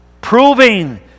Proving